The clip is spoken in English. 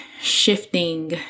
shifting